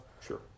sure